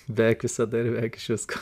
beveik visada ir beveik iš visko